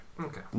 Okay